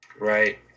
right